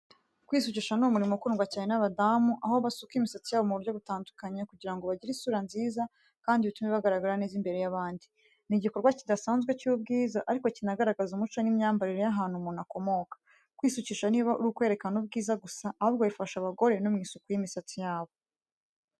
Kwisukisha ni umurimo ukundwa cyane n’abadamu, aho basuka imisatsi yabo mu buryo butandukanye kugira ngo bagire isura nziza kandi bitume bagaragara neza imbere y’abandi. Ni igikorwa kidasanzwe cy’ubwiza ariko kinagaragaza umuco n’imyambarire y’ahantu umuntu akomoka. Kwisukisha ntibiba ari ukwerekana ubwiza gusa, ahubwo bifasha abagore no mu isuku y’imisatsi yabo.